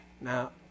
Now